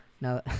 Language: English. now